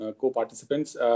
co-participants